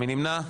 מי נמנע?